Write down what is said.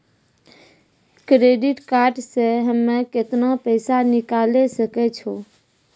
Credit card से हम्मे केतना पैसा निकाले सकै छौ?